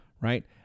Right